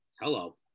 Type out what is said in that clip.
Hello